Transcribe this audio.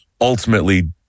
ultimately